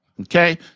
okay